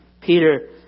Peter